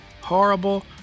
Horrible